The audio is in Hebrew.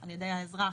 על ידי האזרח